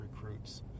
recruits